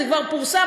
זה כבר פורסם,